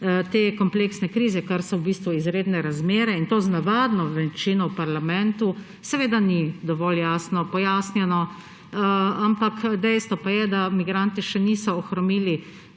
te kompleksne krize, kar so v bistvu izredne razmere, in to z navadno večino v parlamentu, seveda ni dovolj jasno pojasnjeno. Ampak dejstvo pa je, da migranti še niso ohromili